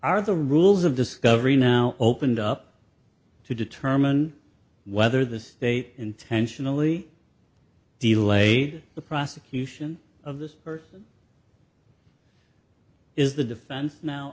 are the rules of discovery now opened up to determine whether the state intentionally delayed the prosecution of this person is the defense now